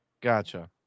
Gotcha